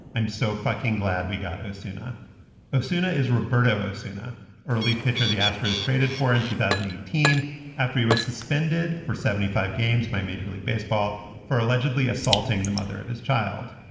i'm so fucking glad we got osuna osuna is roberto osuna relief pitcher the astros traded for in two thousand and eighteen after he was suspended for seventy five games by major league baseball for allegedly assaulting the mother of his child.